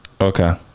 Okay